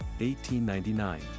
1899